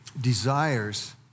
desires